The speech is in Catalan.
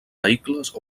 vehicles